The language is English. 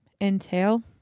entail